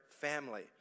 family